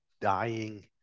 dying